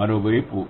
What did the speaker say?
మరోవైపు